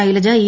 Shailaja E